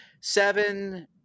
seven